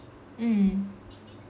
mm